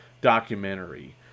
documentary